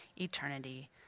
eternity